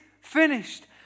finished